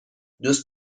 دوست